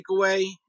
takeaway